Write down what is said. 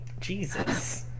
Jesus